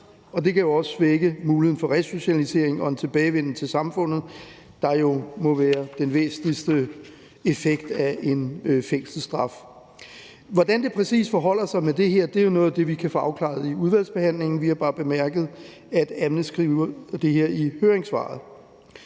det kan også svække muligheden for resocialisering og en tilbagevenden til samfundet, der jo må være den væsentligste effekt af en fængselsstraf. Hvordan det præcis forholder sig med det her, er jo noget af det, vi kan få afklaret i udvalgsbehandlingen. Vi har bare bemærket, at Amnesty skriver det her i høringssvaret.